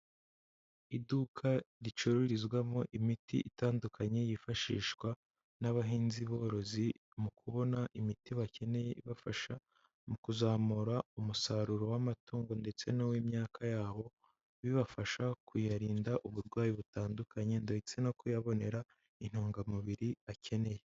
Iduka ricururizwamo imiti itandukanye, yifashishwa n'abahinzi borozi mu kubona imiti bakeneye, ibafasha mu kuzamura umusaruro w'amatungo, ndetse n'uw'imyaka yabo, bibafasha kuyarinda uburwayi butandukanye, ndetse no kuyabonera intungamubiri akeneye.